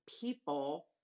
people